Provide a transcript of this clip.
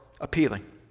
appealing